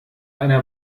einer